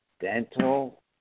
dental